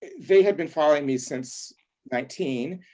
they had been following me since nineteen.